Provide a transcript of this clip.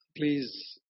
Please